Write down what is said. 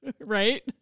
right